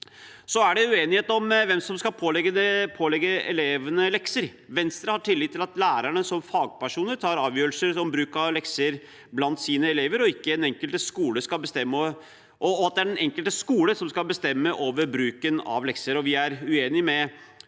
Så er det uenighet om hvem som skal pålegge elevene lekser. Venstre har tillit til at lærerne som fagpersoner tar avgjørelser om bruk av lekser blant sine elever, og mener at det er den enkelte skole som skal bestemme over bruken av lekser. Vi er uenige med